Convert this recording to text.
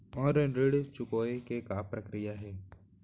Online ऋण चुकोय के का प्रक्रिया हे?